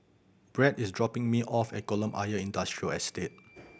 Brad is dropping me off at Kolam Ayer Industrial Estate